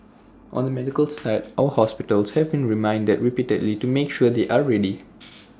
on the medical side our hospitals have been reminded repeatedly to make sure they are ready